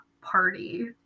party